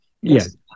Yes